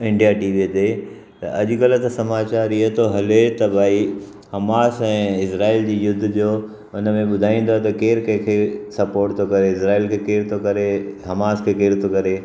India टीवीअ ते अॼुकल्ह त समाचार इहे थो हले त भाई हमास ऐं इज़राइल जी युद्ध जो हुन में ॿुधाईंदा त केर कंहिंखे सपोर्ट थो करे इज़ारइल खे केर थो हमास खे केर थो करे